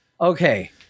okay